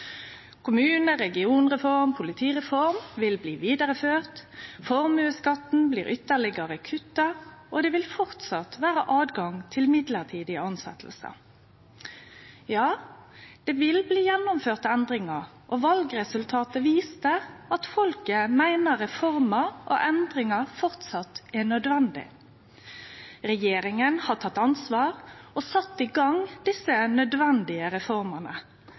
vil bli videreført. Formuesskatten blir ytterligere kuttet. Det vil fortsatt være en generell adgang til midlertidige ansettelser.» Ja, det vil bli gjennomført endringar, og valresultatet viste at folket meiner reformer og endringar framleis er nødvendig. Regjeringa har tatt ansvar og sett i gang desse nødvendige reformene